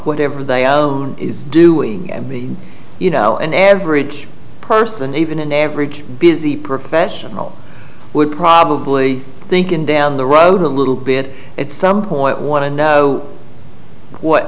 whatever they own is doing and the you know an average person even an average busy professional would probably think in down the road a little bit at some point want to know what